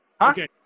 Okay